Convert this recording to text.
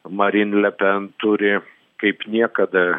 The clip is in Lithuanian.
marin le pen turi kaip niekada